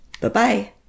Bye-bye